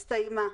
הסתיים.